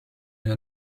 her